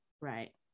Right